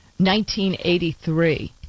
1983